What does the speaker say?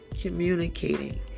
communicating